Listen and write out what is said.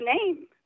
name